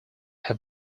have